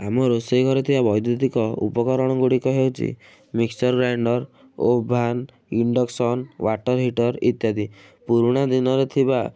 ଆମ ରୋଷେଇ ଘରେ ଥିବା ବୈଦୁତିକ ଉପକରଣ ଗୁଡ଼ିକ ହେଉଛି mixture grinder oven induction water heater ଇତ୍ୟାଦି ପୁରୁଣା ଦିନରେ ଥିବା